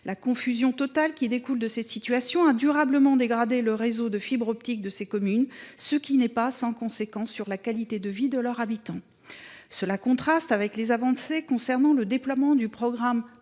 La confusion totale qui découle de cette situation a durablement dégradé le réseau de fibre optique de ces communes, ce qui n’est pas sans conséquence sur la qualité de vie de leurs habitants. Cela contraste avec le déploiement du programme